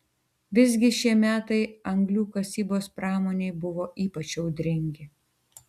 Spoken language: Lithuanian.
visgi šie metai anglių kasybos pramonei buvo ypač audringi